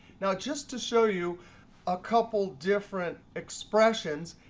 now just to show you a couple different expressions,